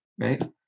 right